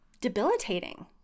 debilitating